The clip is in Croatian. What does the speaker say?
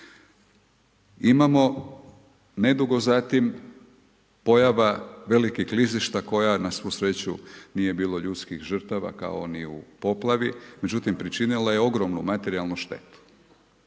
Imamo nedugo zatim, pojava velikih klizište, koja na svu sreću, nije bilo ljudskih žrtava, kao oni u poplavi, međutim, učinila je ogromnu materijalnu štetu.